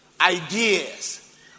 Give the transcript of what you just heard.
ideas